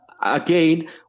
again